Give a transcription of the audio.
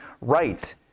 right